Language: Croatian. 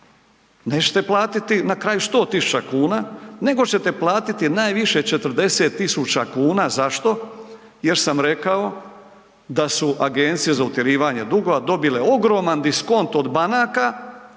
nećete platiti na kraju 100 tisuća kuna, nego ćete platiti najviše 40 tisuća kuna, zašto? Jer sam rekao da su agencije za utjerivanje dugova dobile ogroman diskont od banaka,